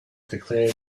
declared